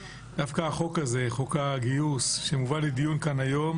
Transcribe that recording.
דווקא החוק הזה, חוק הגיוס שבא לדיון כאן היום